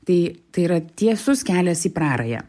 tai tai yra tiesus kelias į prarają